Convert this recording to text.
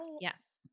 yes